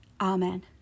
Amen